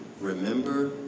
Remember